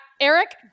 Eric